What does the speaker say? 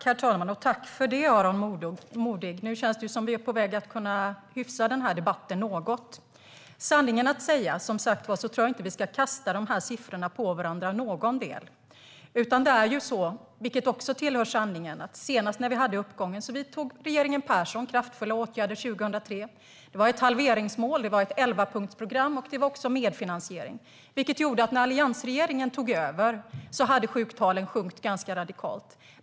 Herr talman! Jag tackar Aron Modig för detta. Nu känns det som om vi är på väg att kunna hyfsa denna debatt något. Sanningen att säga, som sagt, tror jag inte att vi ska kasta dessa siffror på varandra i någon del. Sanningen är att när vi senast hade en uppgång vidtog regeringen Persson kraftfulla åtgärder 2003. Det var ett halveringsmål och ett elvapunktsprogram. Det var också medfinansiering. Det innebar att när alliansregeringen tog över hade sjuktalen sjunkit ganska radikalt.